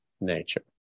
nature